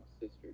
sister